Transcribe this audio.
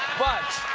but